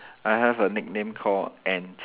I have a nickname called ant